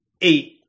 eight